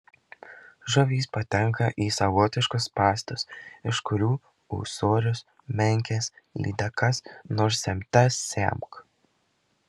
žuvys patenka į savotiškus spąstus iš kurių ūsorius menkes lydekas nors semte semk